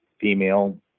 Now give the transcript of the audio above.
female